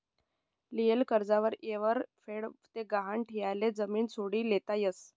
लियेल कर्ज येयवर फेड ते गहाण ठियेल जमीन सोडी लेता यस